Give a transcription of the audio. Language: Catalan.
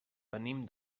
venim